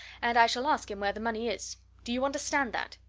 and i shall ask him where the money is. do you understand that?